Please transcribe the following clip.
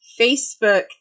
Facebook